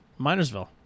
Minersville